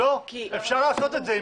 אפשר לעשות את זה.